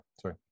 sorry